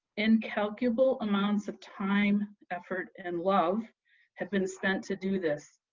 incalculable amounts of time, effort, and love have been spent to do this.